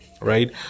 Right